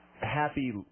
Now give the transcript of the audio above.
happy